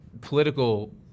political